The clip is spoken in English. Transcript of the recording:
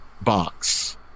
box